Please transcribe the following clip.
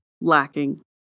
lacking